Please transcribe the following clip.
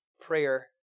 Prayer